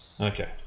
Okay